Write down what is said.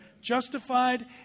justified